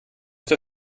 der